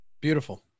Beautiful